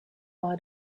are